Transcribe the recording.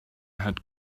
had